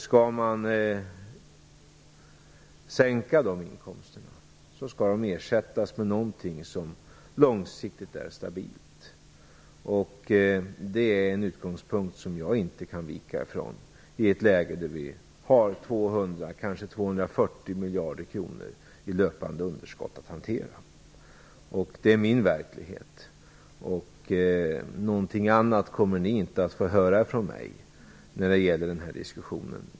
Skall man sänka de inkomsterna skall de ersättas med någonting som långsiktigt är stabilt. Det är en utgångspunkt som jag inte kan vika ifrån i ett läge där vi har 200, kanske 240 miljarder kronor i löpande underskott att hantera. Det är min verklighet. Någonting annat kommer ni inte att få höra från mig när det gäller den här diskussionen.